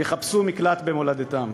יחפשו מקלט במולדתם.